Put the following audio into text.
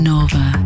Nova